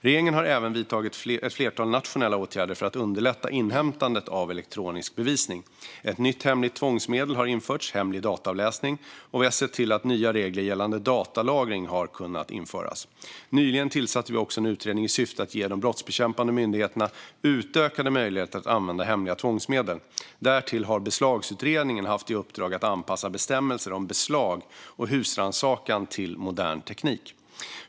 Regeringen har även vidtagit ett flertal nationella åtgärder för att underlätta inhämtandet av elektronisk bevisning. Ett nytt hemligt tvångsmedel - hemlig dataavläsning - har införts, och vi har sett till att nya regler gällande datalagring har kunnat införas. Nyligen tillsatte vi också en utredning i syfte att ge de brottsbekämpande myndigheterna utökade möjligheter att använda hemliga tvångsmedel. Därtill har Beslagsutredningen haft i uppdrag att anpassa bestämmelserna om beslag och husrannsakan till modern teknik.